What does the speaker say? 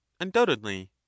Undoubtedly